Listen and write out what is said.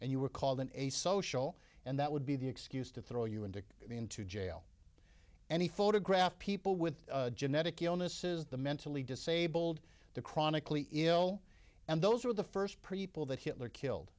and you were called in a social and that would be the excuse to throw you into the into jail and he photographed people with genetic illnesses the mentally disabled the chronically ill and those are the first pretty pull that hitler killed